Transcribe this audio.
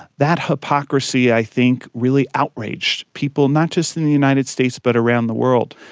that hypocrisy i think really outraged people not just in the united states but around the world.